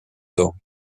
tôt